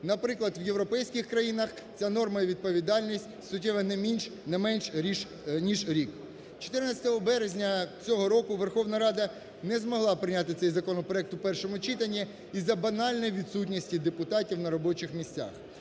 Наприклад, в європейських країнах ця норма і відповідальність суттєва, не менш ніж рік. 14 березня цього року Верховна Рада не змогла прийняти цей законопроект у першому читанні з-за банальної відсутності депутатів на робочих місцях.